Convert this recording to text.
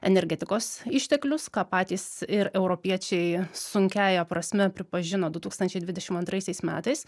energetikos išteklius ką patys ir europiečiai sunkiąja prasme pripažino du tūkstančiai dvidešim antraisiais metais